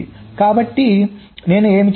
కాబట్టి నేను ఏమి చేస్తాను